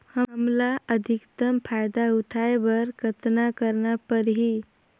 हमला अधिकतम फायदा उठाय बर कतना करना परही?